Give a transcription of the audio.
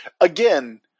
again